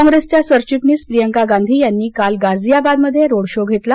काँप्रेसच्या सरचिटणीस प्रियांका गांधी यांनीही काल गाझियाबाद इथं रोड शो घेतला